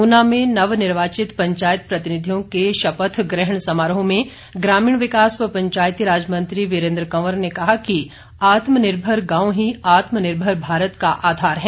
ऊना में नव निर्वाचित पंचायत प्रतिनिधियों के शपथ ग्रहण समारोह में ग्रामीण विकास व पंचायती राज मंत्री वीरेंद्र कंवर ने कहा आत्मनिर्भर गांव ही आत्मनिर्भर भारत का आधार है